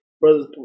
brothers